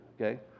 okay